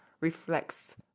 reflects